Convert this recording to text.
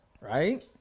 right